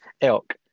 elk